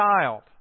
child